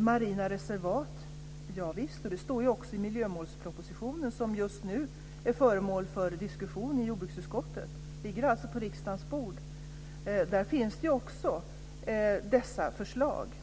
Marina reservat - javisst. Det står också i den miljömålsproposition som just nu är föremål för diskussion i jordbruksutskottet och som alltså ligger på riksdagens bord. Där finns också de här förslagen.